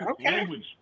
Language